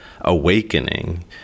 Awakening